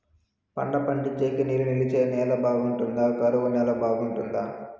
పంట పండించేకి నీళ్లు నిలిచే నేల బాగుంటుందా? కరువు నేల బాగుంటుందా?